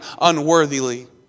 unworthily